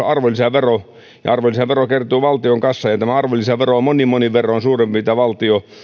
arvonlisävero ja arvonlisävero kertyy valtion kassaan ja tämä arvonlisävero on monin monin verroin suurempi mitä valtio